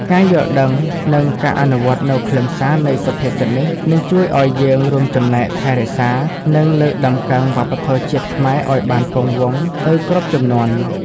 ការយល់ដឹង និងការអនុវត្តនូវខ្លឹមសារនៃសុភាសិតនេះ នឹងជួយឱ្យយើងរួមចំណែកថែរក្សា និងលើកតម្កើងវប្បធម៌ជាតិខ្មែរឱ្យបានគង់វង្សទៅគ្រប់ជំនាន់។